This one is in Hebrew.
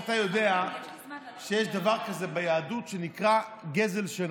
אתה יודע שיש דבר כזה ביהדות שנקרא גזל שינה.